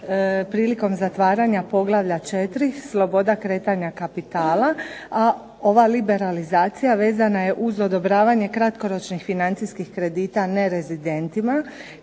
prilikom zatvaranja Poglavlja 4. - Sloboda kretanja kapitala, a ova liberalizacija vezana je uz odobravanje kratkoročnih financijskih kredita nerezidentima,